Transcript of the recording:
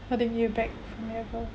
having you back forever